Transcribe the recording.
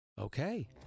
Okay